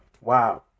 wow